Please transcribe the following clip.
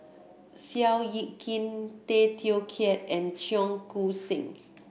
Seow Yit Kin Tay Teow Kiat and Cheong Koon Seng